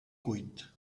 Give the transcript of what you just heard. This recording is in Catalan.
cuit